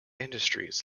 industries